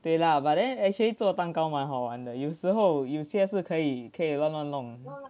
对啦 but then actually 做蛋糕蛮好玩的有时候有些是可以可以乱乱弄